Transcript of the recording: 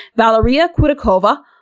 valeria khudiakova,